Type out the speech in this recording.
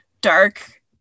dark